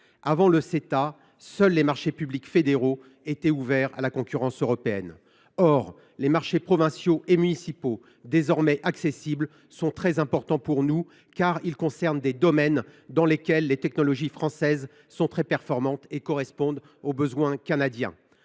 Avant le Ceta, seuls les marchés publics fédéraux étaient ouverts à la concurrence européenne. Or les marchés provinciaux et municipaux, désormais accessibles, sont très importants pour nous, car ils concernent des domaines dans lesquels les technologies françaises sont très performantes et correspondent aux besoins canadiens.